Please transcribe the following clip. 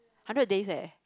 hundred days eh